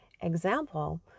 example